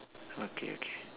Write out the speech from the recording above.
okay okay